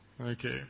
Okay